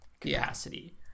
capacity